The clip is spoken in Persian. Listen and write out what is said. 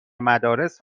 مدارس